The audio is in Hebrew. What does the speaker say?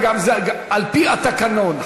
על-פי התקנון,